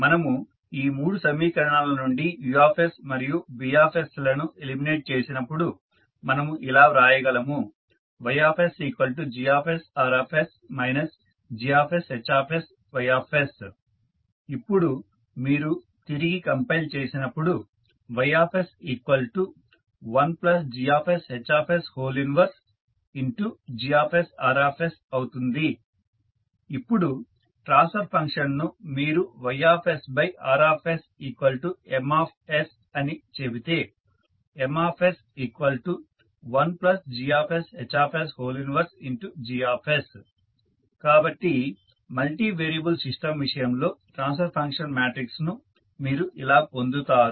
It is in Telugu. మనము ఈ మూడు సమీకరణాల నుండి U మరియు B లను ఎలిమినేట్ చేసినప్పుడు మనము ఇలా వ్రాయగలము Ys GsRs GsHsYs ఇప్పుడు మీరు తిరిగి కంపైల్ చేసినప్పుడు YsI GsHs 1GsRsఅవుతుంది ఇప్పుడు ట్రాన్స్ఫర్ ఫంక్షన్ ను మీరు YsRs M అని చెబితే MsI GsHs 1Gs కాబట్టి మల్టీ వేరియబుల్ సిస్టం విషయంలో ట్రాన్స్ఫర్ ఫంక్షన్ మ్యాట్రిక్స్ ను మీరు ఇలా పొందుతారు